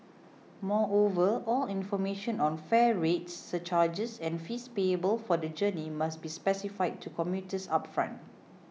moreover all information on fare rates surcharges and fees payable for the journey must be specified to commuters upfront